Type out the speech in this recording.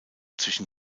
zwischen